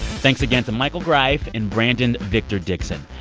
thanks again to michael greif and brandon victor dixon.